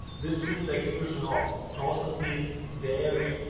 this means the exclusion of processed meats, dairy,